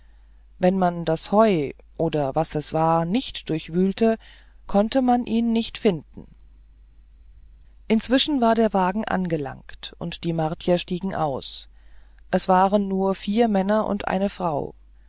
wenn man das heu oder was es war nicht durchwühlte konnte man ihn nicht finden inzwischen war der wagen angelangt und die martier stiegen aus es waren nur vier männer und eine frau